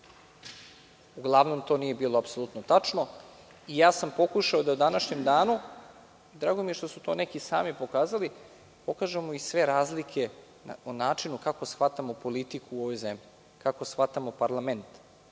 Uglavnom, to nije bilo apsolutno tačno. Pokušao sam da u današnjem danu, drago mi je da su to neki sami pokazali, pokažemo sve razlike o načinu kako shvatamo politiku u ovoj zemlji, kako shvatamo parlament,